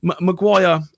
Maguire